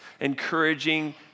encouraging